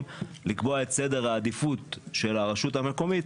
לקבוע את סדר העדיפות של הרשות המקומית,